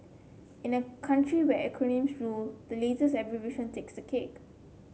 in a country where acronyms rule the latest abbreviation takes the cake